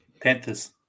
Panthers